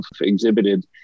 exhibited